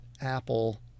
Apple